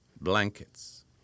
blankets